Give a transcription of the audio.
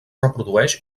reprodueix